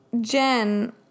Jen